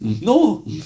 No